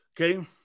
Okay